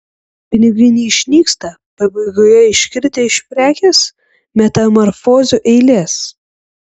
pinigai neišnyksta pabaigoje iškritę iš prekės metamorfozių eilės